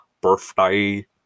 Birthday